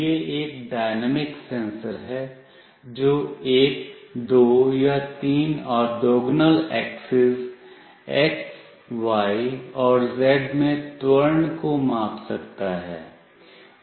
यह एक dynamic sensor है जो एक दो या तीन ऑर्थोगोनल एक्सिस X Y और Z में त्वरण को माप सकता है